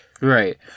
Right